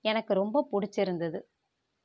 எனக்கு ரொம்பப் பிடிச்சிருந்தது